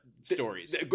stories